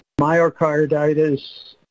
myocarditis